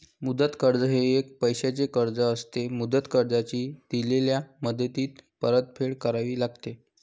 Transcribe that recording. मुदत कर्ज हे एक पैशाचे कर्ज असते, मुदत कर्जाची दिलेल्या मुदतीत परतफेड करावी लागते